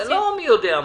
זה לא מי יודע מה.